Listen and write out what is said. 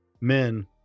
men